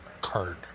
card